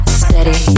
steady